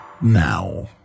now